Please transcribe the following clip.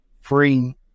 free